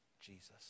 Jesus